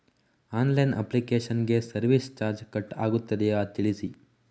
Online application ಗೆ service charge cut ಆಗುತ್ತದೆಯಾ ತಿಳಿಸಿ?